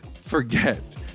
forget